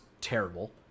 terrible